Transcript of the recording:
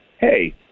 hey